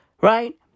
right